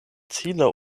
ziele